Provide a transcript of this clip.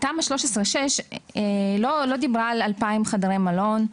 תמ"א 6/13 לא דיברה על 2,000 חדרי מלון.